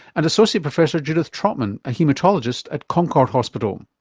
and associate professor judith trotman, a haematologist at concord hospital.